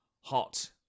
hot